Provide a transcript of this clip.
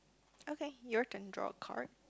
okay your turn draw a card